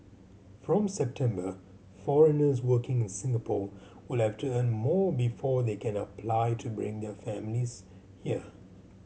from September foreigners working in Singapore will have to earn more before they can apply to bring their families here